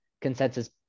consensus